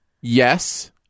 Yes